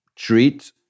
Treat